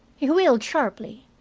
he wheeled sharply,